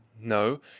No